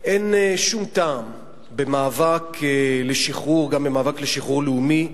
אין שום טעם במאבק לשחרור, גם במאבק לשחרור לאומי,